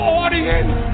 audience